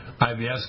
IBS